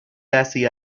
bessie